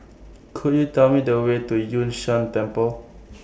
Could YOU Tell Me The Way to Yun Shan Temple